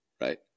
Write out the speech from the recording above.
right